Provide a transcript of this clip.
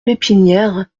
pépinières